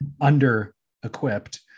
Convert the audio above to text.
under-equipped